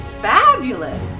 Fabulous